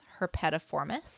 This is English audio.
herpetiformis